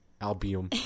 Album